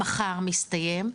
מחר מסתיים,